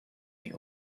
the